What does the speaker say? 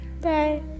Bye